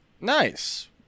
Nice